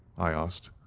i asked.